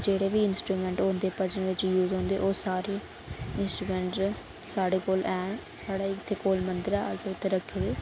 जेह्ड़े बी इंस्ट्रूमेंट होंदे भजन बिच्च यूज होंदे ओह् सारे इंस्ट्रूमेंट जेह्ड़े साढ़े कोल हैन साढ़े इत्थै कोल मंदर ऐ असें उत्थै रक्खे दे